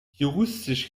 juristisch